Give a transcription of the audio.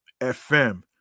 fm